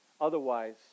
otherwise